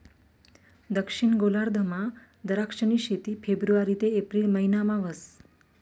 दक्षिण गोलार्धमा दराक्षनी शेती फेब्रुवारी ते एप्रिल महिनामा व्हस